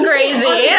crazy